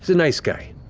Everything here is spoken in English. nice guy.